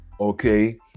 okay